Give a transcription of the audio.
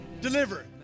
Deliver